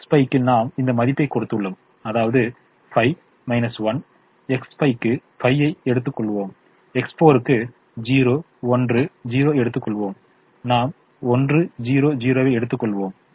எனவே எக்ஸ் 5 க்கு நாம் இந்த மதிப்பை கொடுத்துள்ளோம் அதாவது 5 7 எக்ஸ் 5 க்கு 5 ஐ எடுத்துக்கொள்வோம் எக்ஸ் 4 க்கு 0 1 0 எடுத்துக்கொள்வோம் நாம் 1 0 0 வை எடுத்துக்கொள்வோம்